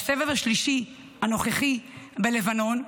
בסבב השלישי, הנוכחי, בלבנון,